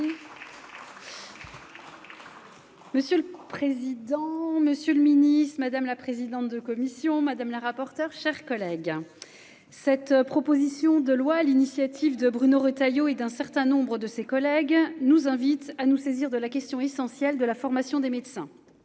Monsieur le président, Monsieur le Ministre, madame la présidente de commission madame la rapporteure, chers collègues, cette proposition de loi à l'initiative de Bruno Retailleau et d'un certain nombre de ses collègues nous invite à nous saisir de la question essentielle de la formation des médecins,